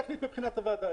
טכנית מבחינת הוועדה,